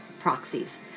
proxies